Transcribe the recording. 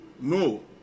no